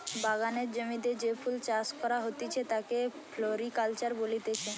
বাগানের জমিতে যে ফুল চাষ করা হতিছে তাকে ফ্লোরিকালচার বলতিছে